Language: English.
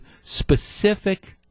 specific